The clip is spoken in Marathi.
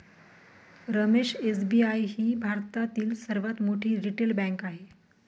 रमेश एस.बी.आय ही भारतातील सर्वात मोठी रिटेल बँक आहे